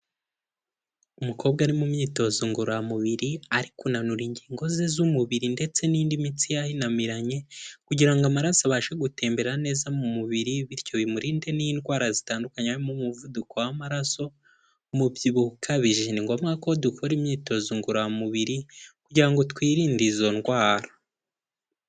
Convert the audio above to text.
Umukobwa ari mu myitozo ngororamubiri, ari kunanura ingingo ze z'umubiri ndetse n'indi mitsi ye yahinamiranye, kugira ngo amaraso abashe gutembera neza mu mubiri, bityo bimurinde n'indwara zitandukanyemo umuvuduko w'amaraso, umubyibuho uka bije, ni ngombwa ko dukora imyitozo ngororamubiri kugira ngo twirinde izo ndwara.